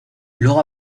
luego